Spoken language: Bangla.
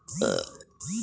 সেরিলচার কি?